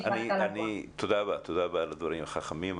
תודה רבה על הדברים החכמים.